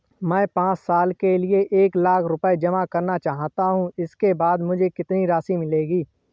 मैं पाँच साल के लिए एक लाख रूपए जमा करना चाहता हूँ इसके बाद मुझे कितनी राशि मिलेगी?